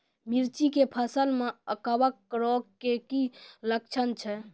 मिर्ची के फसल मे कवक रोग के की लक्छण छै?